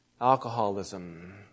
alcoholism